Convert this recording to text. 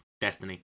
Destiny